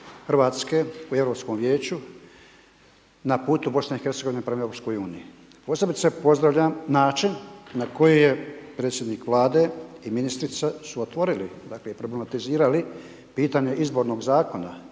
Hrvatske u Europskom vijeću na putu Bosne i Hercegovine prema Europskoj uniji. Posebice pozdravljam način na koji je predsjednik Vlade i ministrica su otvorili, dakle problematizirali pitanje izbornog zakona